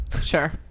Sure